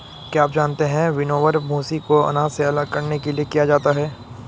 क्या आप जानते है विनोवर, भूंसी को अनाज से अलग करने के लिए किया जाता है?